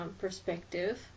perspective